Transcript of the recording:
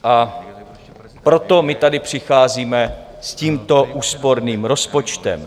A proto my tady přicházíme s tímto úsporným rozpočtem.